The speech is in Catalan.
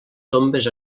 tombes